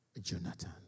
Jonathan